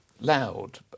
loud